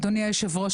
אדוני היושב ראש,